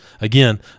again